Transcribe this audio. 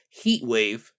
Heatwave